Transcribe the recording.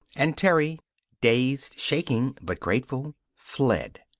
and terry dazed, shaking, but grateful fled.